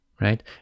right